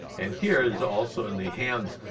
and here is also in the hand,